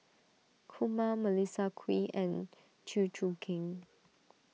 Kumar Melissa Kwee and Chew Choo Keng